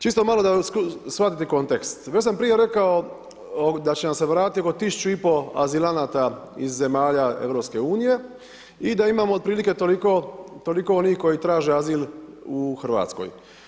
Čisto mali da shvatite kontekst, već sam prije rekao da će nam se vratiti oko 1500 azilanata iz zemalja EU-a i da imamo otprilike toliko onih koji traže azil u Hrvatskoj.